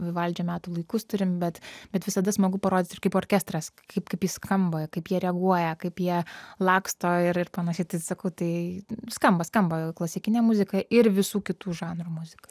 vivaldžio metų laikus turim bet bet visada smagu parodyt ir kaip orkestras kaip kaip jis skamba kaip jie reaguoja kaip jie laksto ir ir panašiai tai sakau tai skamba skamba klasikinė muzika ir visų kitų žanrų muzika